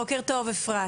בוקר טוב אפרת.